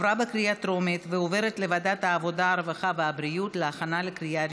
לוועדת העבודה, הרווחה והבריאות נתקבלה.